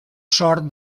sort